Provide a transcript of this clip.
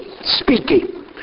speaking